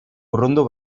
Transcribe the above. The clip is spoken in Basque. urrundu